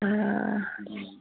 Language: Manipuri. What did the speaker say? ꯑꯥ